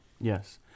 Yes